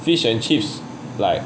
fish and chips like